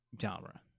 genre